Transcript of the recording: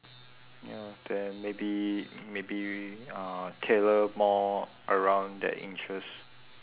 ya then maybe maybe uh tailor more around their interest